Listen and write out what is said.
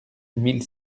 mille